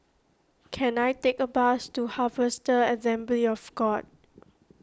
can I take a bus to Harvester Assembly of God